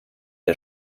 der